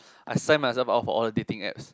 I sent myself out for all the dating apps